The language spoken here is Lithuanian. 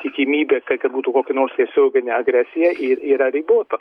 tikimybė k kad būtų kokia nors tiesioginė agresija yr yra ribota